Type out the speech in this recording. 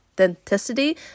authenticity